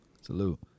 Salute